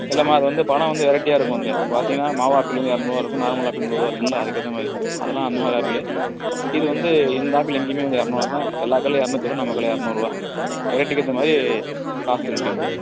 இல்லைம்மா அது வந்து பழம் வந்து வெரைட்டியாக இருக்கும் வந்து பார்த்தீங்கன்னா மாவு ஆப்பிள் வந்து இரநூறுவா இருக்கும் நார்மல் ஆப்பிள் நூறுரூவா இருக்கும்ல அதுக்கேத்த மாரி அதெல்லாம் அந்த மாரி ஆப்பிளு இது வந்து இந்த ஆப்பிள் எங்கேயுமே வந்து எரநூறுவா தான் எல்லா கடைலையும் எரநூற்றி இருபதுருவா நம்ம கடையில் இரநூறுவா வெரைட்டிக்கேத்த மாரி காஸ்ட் இருக்கு இங்கே